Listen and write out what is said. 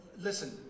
listen